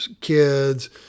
kids